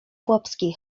chłopskiej